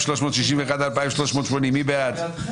רוויזיה על הסתייגויות 2360-2341, מי בעד?